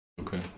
okay